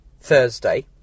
Thursday